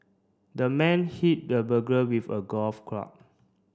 the man hit the burglar with a golf club